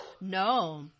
No